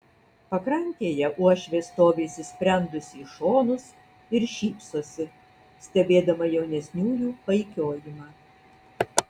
pakrantėje uošvė stovi įsisprendusi į šonus ir šypsosi stebėdama jaunesniųjų paikiojimą